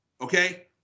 Okay